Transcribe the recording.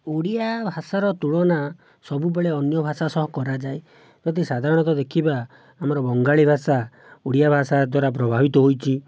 ଓଡ଼ିଆ ଭାଷାର ତୁଳନା ସବୁବେଳେ ଅନ୍ୟ ଭାଷା ସହ କରାଯାଏ ଯଦି ସାଧାରଣତଃ ଦେଖିବା ଆମର ବଙ୍ଗାଳୀ ଭାଷା ଓଡ଼ିଆ ଭାଷା ଦ୍ଵାରା ପ୍ରଭାବିତ ହୋଇଛି